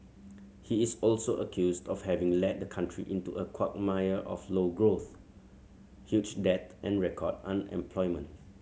he is also accused of having led the country into a quagmire of low growth huge debt and record unemployment